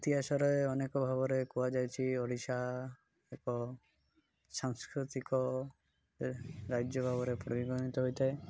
ଇତିହାସରେ ଅନେକ ଭାବରେ କୁହାଯାଇଛି ଓଡ଼ିଶା ଏକ ସାଂସ୍କୃତିକ ରାଜ୍ୟ ଭାବରେ ପରିଗଣିତ ହୋଇଥାଏ